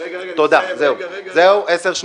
רגע, עוד לא